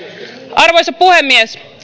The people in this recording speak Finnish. arvoisa puhemies